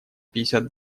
пятьдесят